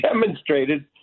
demonstrated